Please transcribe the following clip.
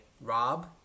Rob